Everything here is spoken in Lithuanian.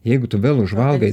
jeigu tu vėl užvalgai